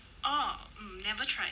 orh hmm never tried